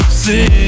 see